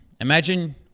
Imagine